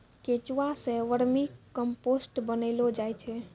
केंचुआ सें vermicompost बनैलो जाय छै